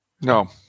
No